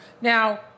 now